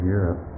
Europe